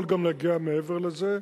זה יכול להגיע גם מעבר לזה,